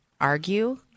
argue